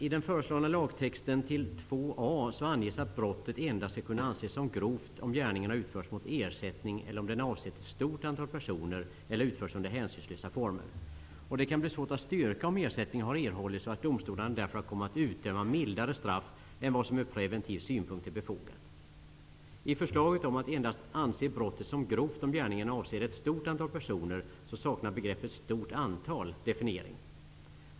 I den föreslagna lagtexten till 2 a § anges att brottet endast skall kunna anses som grovt om gärningen har utförts mot ersättning, om den har avsett ett stort antal personer eller har utförts under hänsynslösa former. Det kan bli svårt att styrka om ersättning har erhållits. Därför kommer domstolarna att utdöma mildare straff än vad som ur preventiv synpunkt är befogat. I förslaget om att brottet endast skall anses som grovt om gärningen avser ett stort antal personer saknar begreppet ''stort antal'' definiering.